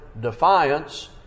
defiance